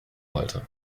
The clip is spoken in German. wollte